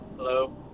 Hello